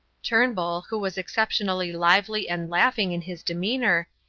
turnbull, who was exceptionally lively and laughing in his demeanour,